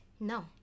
No